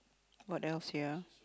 what else here ah